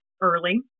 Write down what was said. early